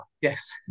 Yes